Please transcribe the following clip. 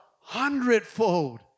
hundredfold